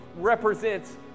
represents